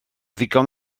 ddigon